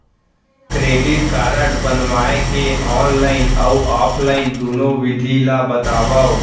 Credit card बनवाए के online अऊ ऑफलाइन दुनो विधि ला बतावव?